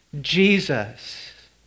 Jesus